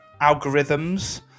algorithms